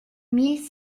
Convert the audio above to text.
mille